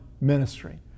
ministry